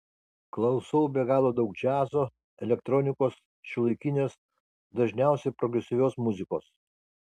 klausau be galo daug džiazo elektronikos šiuolaikinės dažniausiai progresyvios muzikos